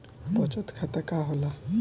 बचत खाता का होला?